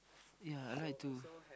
yea I like to